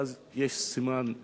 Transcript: ואז ויש סימן "וי".